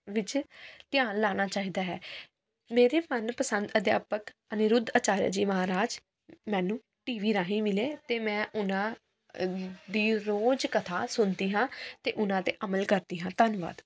ਵਿੱਚ ਧਿਆਨ ਲਾਉਣਾ ਚਾਹੀਦਾ ਹੈ ਮੇਰੇ ਮਨਪਸੰਦ ਅਧਿਆਪਕ ਅਨੀਰੁਧ ਅਚਾਰਿਆ ਜੀ ਮਹਾਰਾਜ ਮੈਨੂੰ ਟੀ ਵੀ ਰਾਹੀਂ ਮਿਲੇ ਅਤੇ ਮੈਂ ਉਹਨਾਂ ਦੀ ਰੋਜ਼ ਕਥਾ ਸੁਣਦੀ ਹਾਂ ਅਤੇ ਉਹਨਾਂ 'ਤੇ ਅਮਲ ਕਰਦੀ ਹਾਂ ਧੰਨਵਾਦ